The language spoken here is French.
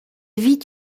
vit